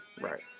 Right